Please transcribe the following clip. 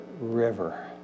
river